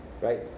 Right